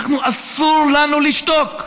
אסור לנו לשתוק.